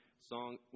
Song